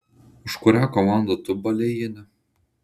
už kurią komandą tu balėjini